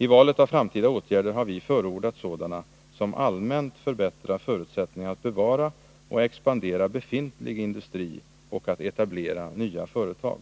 I valet av framtida åtgärder har vi förordat sådana som allmänt förbättrar förutsättningarna att bevara och expandera befintlig industri och att etablera nya företag.